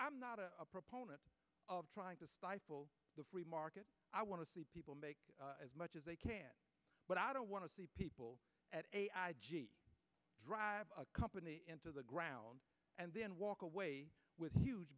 i'm not a proponent of trying to stifle the free market i want to see people make as much as they can but i don't want to see people drive a company into the ground and then walk away with huge